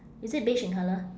is it beige in colour